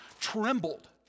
trembled